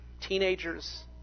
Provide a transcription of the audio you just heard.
teenagers